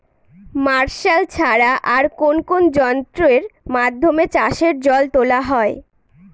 Martial ছাড়া আর কোন কোন যন্ত্রেরর মাধ্যমে চাষের জল তোলা হয়?